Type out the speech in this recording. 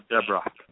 Deborah